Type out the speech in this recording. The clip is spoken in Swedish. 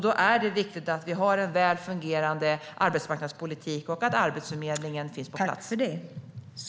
Då är det viktigt att vi har en väl fungerande arbetsmarknadspolitik och att Arbetsförmedlingen finns på plats.